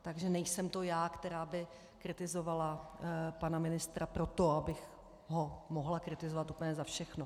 Takže nejsem to já, která by kritizovala pana ministra proto, abych ho mohla kritizovat úplně za všechno.